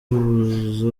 ubuza